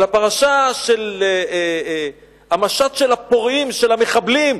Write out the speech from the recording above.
על הפרשה של המשט של הפורעים, של המחבלים,